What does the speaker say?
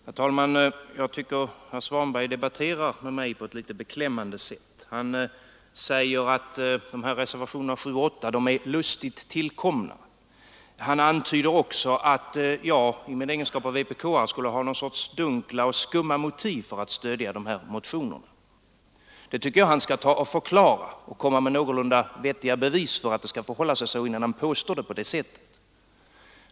Herr talman! Herr Svanberg debatterar med mig på ett litet beklämmande sätt. Han säger att reservationerna 7 och 8 är lustigt tillkomna och antyder att jag i min egenskap av vpk:are skulle ha någon sorts dunkla och skumma motiv för att stödja motionerna som ligger till grund för dem. Jag tycker att han skall komma med någorlunda vettiga bevis, innan han påstår att det förhåller sig på det sättet.